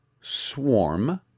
swarm